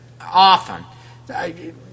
often